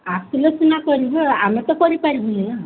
ଆସିଲେ ସିନା କରିବେ ଆମେ ତ କରିପାରିବୁନି ନା